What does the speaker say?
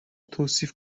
توصیف